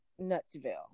nutsville